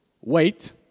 wait